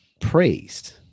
praised